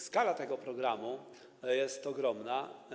Skala tego programu jest ogromna.